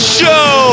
show